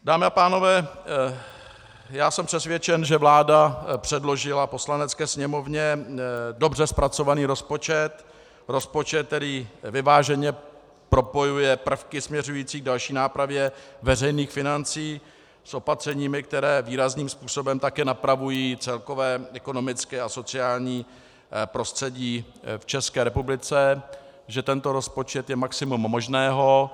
Dámy a pánové, já jsem přesvědčen, že vláda předložila Poslanecké sněmovně dobře zpracovaný rozpočet, rozpočet, který vyváženě propojuje prvky směřující k další nápravě veřejných financí s opatřeními, která výrazným způsobem také napravují celkové ekonomické a sociální prostředí v České republice, že tento rozpočet je maximum možného.